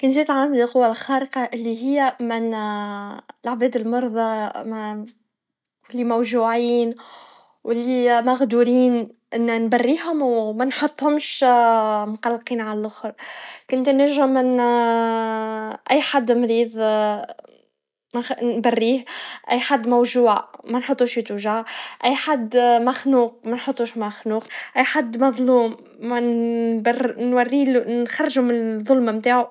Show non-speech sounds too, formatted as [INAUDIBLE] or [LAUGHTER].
كان جات عندي القوا الخارقا اللي هيا من [HESITATION] العباد المرضى م- اللي موجوعين, واللي مغدورين, إنا نبريهم, ومانحطهمش مقلقين عالآخر, كنت تنجم إنا [HESITATION] أي حد مرض منخ- نبريه, أي حد موجوع منحطوش جوا وجع, أي حد مخنوق منحطوش مخنوق, أي حد مظلوم, منبر- نوريله- نخرجه من الظلم متاعه.